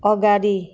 अगाडि